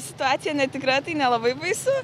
situacija netikra tai nelabai baisu